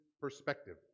perspective